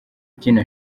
ikina